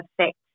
affect